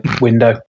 window